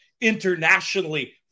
internationally